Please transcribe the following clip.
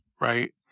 right